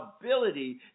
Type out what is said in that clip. ability